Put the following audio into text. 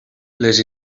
les